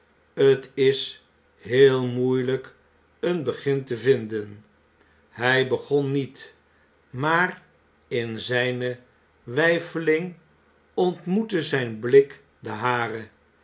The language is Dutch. t is heel moeielyk een begin te vinden i hy begon niet maar in zijne weifeling ontmoette zyn blik den haren